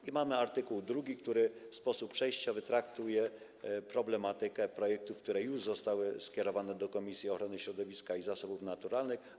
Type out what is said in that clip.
I mamy art. 2, który w sposób przejściowy traktuje problematykę projektów, które już zostały skierowane do komisji ochrony środowiska i zasobów naturalnych.